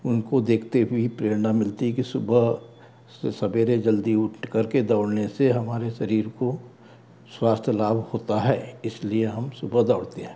उनको देखते भी प्रेरणा मिलती है कि सुबह सबेरे जल्दी उठ कर के दौड़ने से हमारे शरीर को स्वास्थ्य लाभ होता है इसलिए हम सुबह दौड़ते हैं